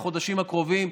בחודשים הקרובים.